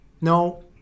no